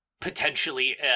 potentially